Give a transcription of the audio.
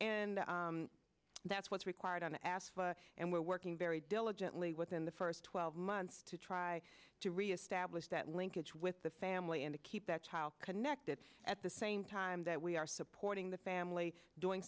and that's what's required on the ass and we're working very diligently within the first twelve months to try to reestablish that linkage with the family and to keep that child connected at the same time that we are supporting the family doing